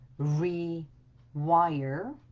rewire